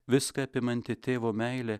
viską apimanti tėvo meilė